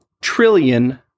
trillion